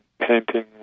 Painting